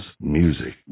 music